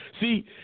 See